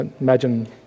Imagine